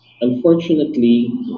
unfortunately